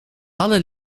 alle